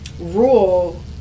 rule